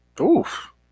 Oof